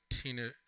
Tina